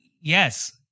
Yes